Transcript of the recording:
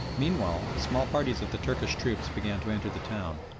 meanwhile small parties of the turkish troops began to enter the town,